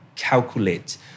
calculate